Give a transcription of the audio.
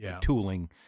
tooling